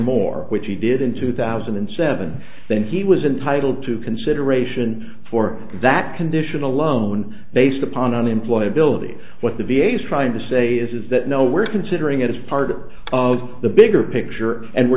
more which he did in two thousand and seven then he was entitled to consideration for that condition alone based upon unemployability what the v a s trying to say is that no we're considering it as part of the bigger picture and we're